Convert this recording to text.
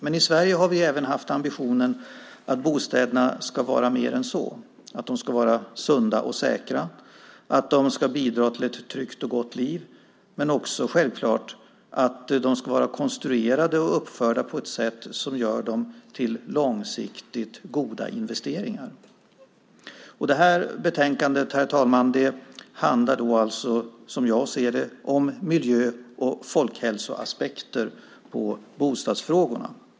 Men i Sverige har vi haft ambitionen att bostäderna ska vara mer än så, att de ska vara sunda och säkra, bidra till ett tryggt och gott liv men också självklart att de ska vara konstruerade och uppförda på ett sätt som gör dem till långsiktigt goda investeringar. Det här betänkandet, herr talman, handlar som jag ser det om miljö och folkhälsoaspekter på bostadsfrågorna.